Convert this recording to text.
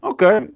Okay